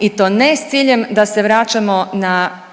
i to ne s ciljem da se vraćamo na